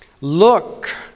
Look